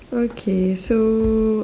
okay so